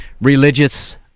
religious